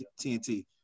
TNT